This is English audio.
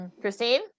Christine